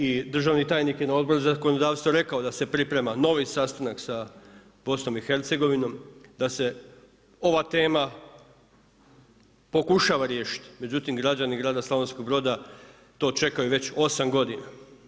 I državni tajnik je na Odboru za zakonodavstvo rekao da se priprema novi sastanak sa Bosnom i Hercegovinom da se ova tema pokušava riješiti, međutim građani grada Slavonskog Broda to čekaju već 8 godina.